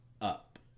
Up